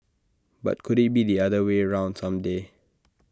but could IT be the other way round some day